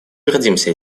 гордимся